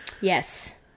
Yes